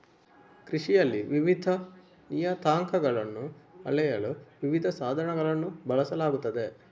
ಕೃಷಿಯಲ್ಲಿ ವಿವಿಧ ನಿಯತಾಂಕಗಳನ್ನು ಅಳೆಯಲು ವಿವಿಧ ಸಾಧನಗಳನ್ನು ಬಳಸಲಾಗುತ್ತದೆ